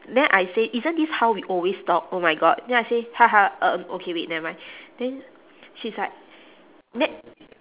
then I say isn't this how we always talk oh my god then I say ha ha um okay wait never mind then she's like then